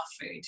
food